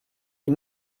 die